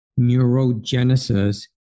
neurogenesis